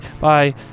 bye